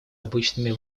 обычными